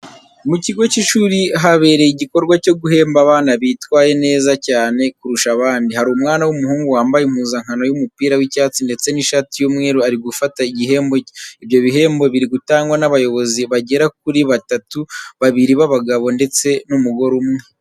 Mu kigo cy'ishuri habereye igikorwa cyo guhemba abana bitwaye neza cyane kurusha abandi. Hari umwana w'umuhungu wambaye impuzankano y'umupira w'icyatsi ndetse n'ishati y'umweru uri gufata igihembo cye. Ibyo bihembo biri gutangwa n'abayobozi bagera kuri batatu, babiri b'abagabo ndetse n'umugore umwe.